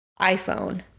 iPhone